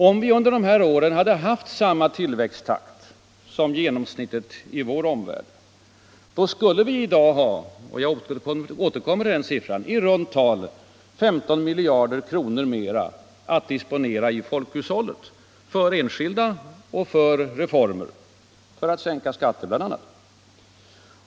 Om vi under dessa år hade haft samma tillväxttakt som genomsnittet i vår omvärld skulle vi i dag — jag återkommer till den siffran — ha haft i runt tal 15 miljarder kronor mera att disponera i folkhushållet, för enskildas behov och för reformer, bl.a. för att sänka skatterna.